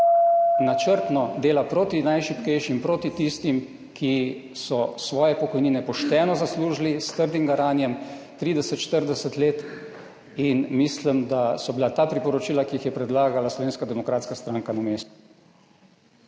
načrtno dela proti najšibkejšim, proti tistim, ki so svoje pokojnine pošteno zaslužili s trdim garanjem 30, 40 let in mislim, da so bila ta priporočila, ki jih je predlagala Slovenska demokratska stranka, na mestu.